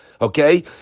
Okay